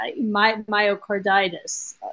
myocarditis